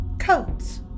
coats